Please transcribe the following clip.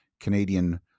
canadian